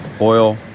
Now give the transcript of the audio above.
oil